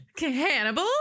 Hannibal